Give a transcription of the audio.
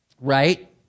Right